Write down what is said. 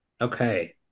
Okay